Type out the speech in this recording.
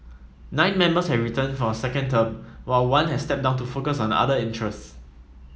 nine members have returned for a second term while one has stepped down to focus on other interests